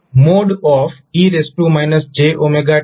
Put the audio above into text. હવે e jt1 છે